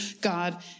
God